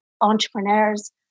entrepreneurs